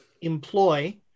employ